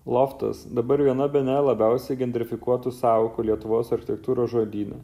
loftas dabar viena bene labiausiai gendrifikuotų sąvokų lietuvos architektūros žodyne